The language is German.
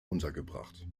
untergebracht